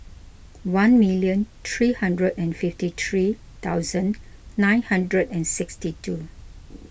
one million three hundred and fifty three thousand nine hundred and sixty two